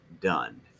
done